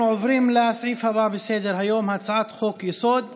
אנחנו עוברים לסעיף הבא בסדר-היום: הצעת חוק-יסוד: